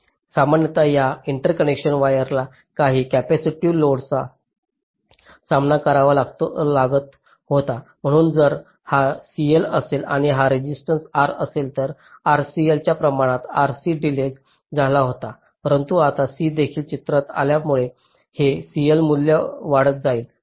सामान्यत या इंटरकनेक्शन वायरला काही कॅपेसिटिव्ह लोडचा सामना करावा लागत होता म्हणून जर हा CL असेल आणि हा रेसिस्टन्स R असेल तर RCLच्या प्रमाणात RC डीलेय झाला होता परंतु आता C देखील चित्रात आल्यामुळे हे CL मूल्य वाढत जाईल